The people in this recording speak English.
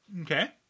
okay